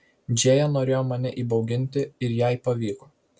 džėja norėjo mane įbauginti ir jai pavyko